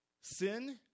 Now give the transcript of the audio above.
Sin